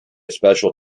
special